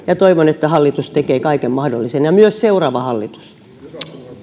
ja toivon että hallitus tekee kaiken mahdollisen ja myös seuraava hallitus